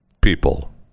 People